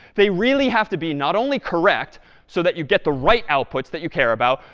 they really have to be not only correct so that you get the right outputs that you care about,